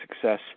success